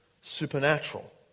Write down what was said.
supernatural